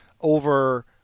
over